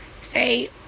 say